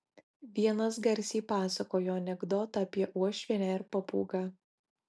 vienas garsiai pasakojo anekdotą apie uošvienę ir papūgą